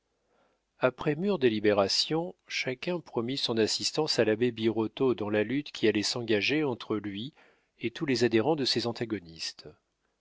après mûre délibération chacun promit son assistance à l'abbé birotteau dans la lutte qui allait s'engager entre lui et tous les adhérents de ses antagonistes